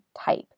type